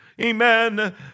Amen